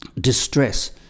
distress